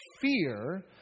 fear